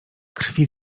krwi